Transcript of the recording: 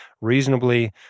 reasonably